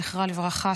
זכרה לברכה,